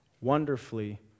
wonderfully